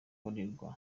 koroherwa